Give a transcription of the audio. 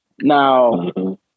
now